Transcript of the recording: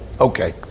okay